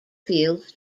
fields